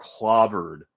clobbered